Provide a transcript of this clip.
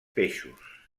peixos